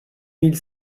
mille